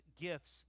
gifts